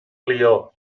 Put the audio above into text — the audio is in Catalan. lió